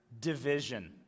division